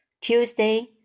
Tuesday